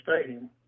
Stadium